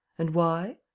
and why?